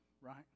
right